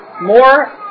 more